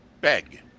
Beg